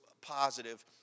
positive